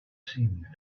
seemed